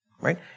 Right